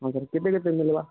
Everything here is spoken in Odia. ତାଙ୍କର କେବେ କେତେ ମିଲ୍ବା